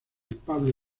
pablo